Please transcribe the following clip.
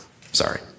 Sorry